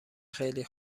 خیلی